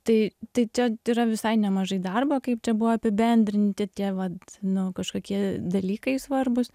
tai tai čia yra visai nemažai darbo kaip čia buvo apibendrinti tie vat nu kažkokie dalykai svarbūs